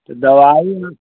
तो दवाई